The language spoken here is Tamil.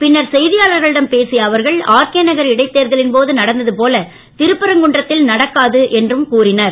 பின்னர் செய்தியாளர்களிடம் பேசிய அவர்கள் ஆர்கே நக இடைத் தேர்தலின் போது நடந்தது போல திருப்பரங்குன்றத்தில் நடக்காது என்றார்